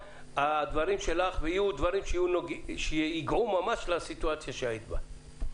הדברים שלך יהיו דברים שיגעו ממש לסיטואציה שהיית בה.